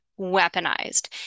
weaponized